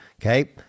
Okay